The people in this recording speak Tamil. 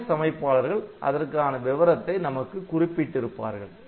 OS அமைப்பாளர்கள் அதற்கான விவரத்தை நமக்கு குறிப்பிட்டிருப்பார்கள்